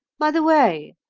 by the way,